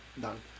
done